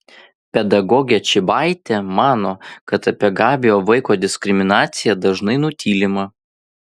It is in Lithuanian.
pedagogė čybaitė mano kad apie gabiojo vaiko diskriminaciją dažnai nutylima